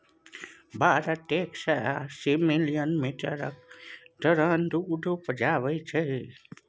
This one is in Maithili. भारत एक सय अस्सी मिलियन मीट्रिक टन दुध उपजाबै छै